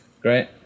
Great